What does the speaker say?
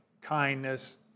kindness